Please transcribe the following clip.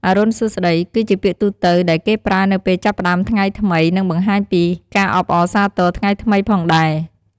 “អរុណសួស្តី” គឺជាពាក្យទូទៅ ដែលគេប្រើនៅពេលចាប់ផ្តើមថ្ងៃថ្មី និងបង្ហាញពីការអបអរសាទរថ្ងៃថ្មីផងដែរ ។